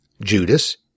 Judas